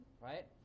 right